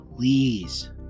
please